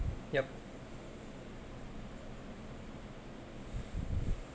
yup